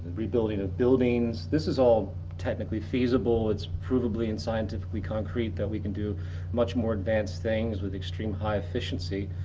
rebuilding of buildings this is all technically feasible. it's provably and scientifically concrete that we can do much more advanced things with extreme high efficiency.